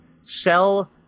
sell